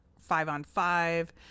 five-on-five